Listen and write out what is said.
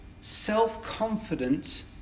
self-confident